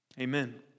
amen